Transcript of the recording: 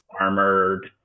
armored